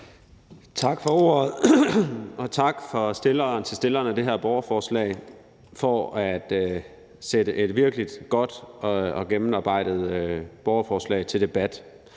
Tak for ordet. Og tak til stillerne af det her borgerforslag for at sætte et virkelig godt og gennemarbejdet borgerforslag til debat.